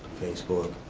facebook,